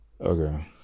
Okay